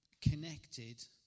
connected